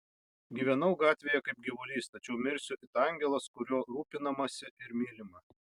gyvenau gatvėje kaip gyvulys tačiau mirsiu it angelas kuriuo rūpinamasi ir mylima